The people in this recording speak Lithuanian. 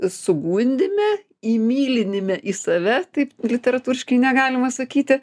sugundyme įmylinime į save taip literatūriškai negalima sakyti